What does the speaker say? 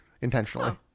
intentionally